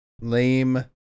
Lame